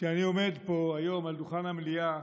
כשאני עומד פה היום על דוכן המליאה